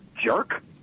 jerk